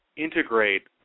integrate